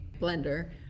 blender